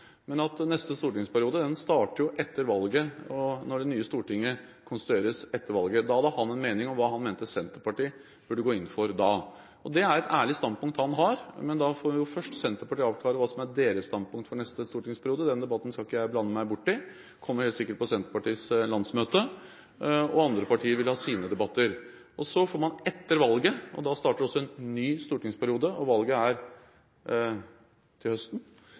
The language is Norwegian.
nye Stortinget konstitueres etter valget. Han hadde en mening om hva Senterpartiet burde gå inn for da. Det er et ærlig standpunkt han har, men da får først Senterpartiet avklare hva som er deres standpunkt for neste stortingsperiode. Den debatten – som helt sikkert kommer på Senterpartiets landsmøte – skal ikke jeg blande meg borti, og andre partier vil ha sine debatter. Etter valget – som er til høsten, i september – starter også en ny stortingsperiode, og derfor er det tid igjen til